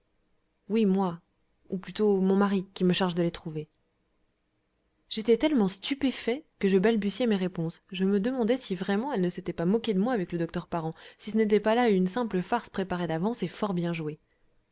oui moi ou plutôt mon mari qui me charge de les trouver j'étais tellement stupéfait que je balbutiais mes réponses je me demandais si vraiment elle ne s'était pas moquée de moi avec le docteur parent si ce n'était pas là une simple farce préparée d'avance et fort bien jouée